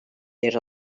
yer